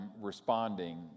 responding